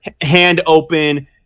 hand-open –